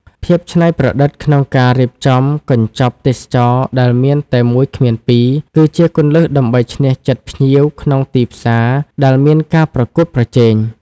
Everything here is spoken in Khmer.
ភាពច្នៃប្រឌិតក្នុងការរៀបចំកញ្ចប់ទេសចរណ៍ដែលមានតែមួយគ្មានពីរ គឺជាគន្លឹះដើម្បីឈ្នះចិត្តភ្ញៀវក្នុងទីផ្សារដែលមានការប្រកួតប្រជែង។